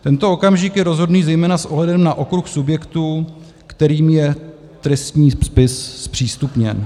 Tento okamžik je rozhodný zejména s ohledem na okruh subjektů, kterým je trestní spis zpřístupněn.